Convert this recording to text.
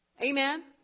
Amen